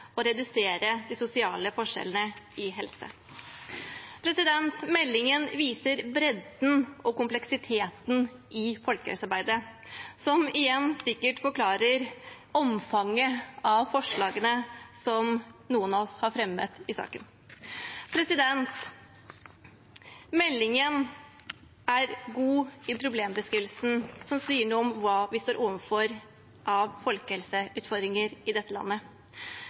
å redusere de sosiale forskjellene i helse. Meldingen viser bredden og kompleksiteten i folkehelsearbeidet, som igjen sikkert forklarer omfanget av forslagene som noen av oss har fremmet i saken. Meldingen er god i problembeskrivelsen av hva vi står overfor av folkehelseutfordringer i dette landet.